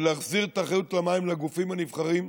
ולהחזיר את האחריות למים לגופים הנבחרים.